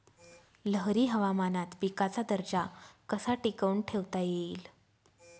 लहरी हवामानात पिकाचा दर्जा कसा टिकवून ठेवता येईल?